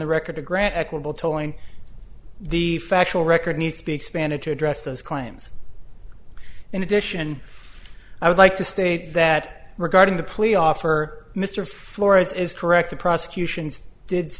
the record to grant equable telling the factual record needs to be expanded to address those claims in addition i would like to state that regarding the plea offer mr flores is correct the prosecutions did